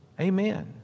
Amen